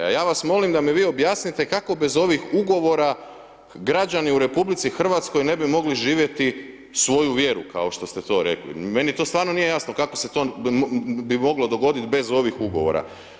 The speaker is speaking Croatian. Ja vas molim da mi vi objasnite kako bez ovih ugovora građani u RH ne bi mogli živjeti svoju vjeru kao što ste to rekli, meni to stvarno nije jasno kako se to bi moglo dogoditi bez ovih ugovora.